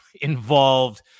involved